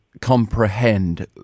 comprehend